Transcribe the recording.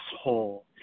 whole